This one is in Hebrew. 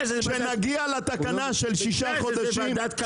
כשנגיע לתקנה של שישה חודשים --- לפני זה זה ועדת כלכלה.